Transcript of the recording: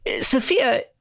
Sophia